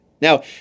Now